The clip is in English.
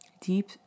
Deep